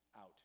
out